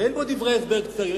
ואין פה דברי הסבר קצרים,